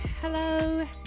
hello